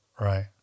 Right